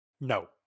No